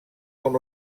com